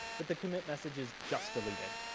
but the commit message is just deleted.